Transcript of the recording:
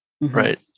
right